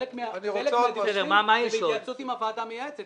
חלק מהדיווחים הם בהתייעצות עם הוועדה המייעצת,